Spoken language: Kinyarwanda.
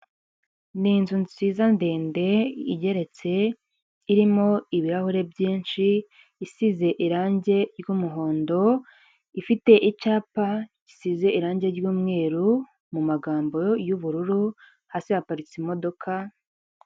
Ni inzu nziza ndende igeretse irimo ibirahure byinshi isize irangi ry'umuhondo, ifite icyapa gisize irangi ry'umweru, mu magambo y'ubururu hasi haparitse imodoka.